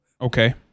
Okay